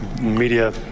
media